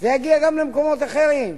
זה יגיע גם למקומות אחרים,